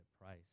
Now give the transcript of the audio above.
price